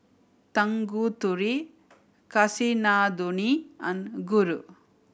Tanguturi Kasinadhuni and Guru